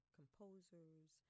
composers